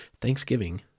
Thanksgiving